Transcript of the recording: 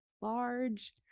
large